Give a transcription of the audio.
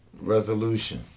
Resolution